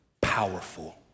Powerful